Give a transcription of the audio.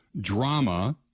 drama